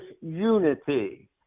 unity